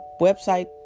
website